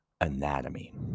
anatomy